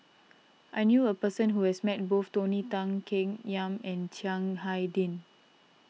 I knew a person who has met both Tony Tan Keng Yam and Chiang Hai Ding